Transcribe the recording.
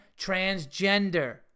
transgender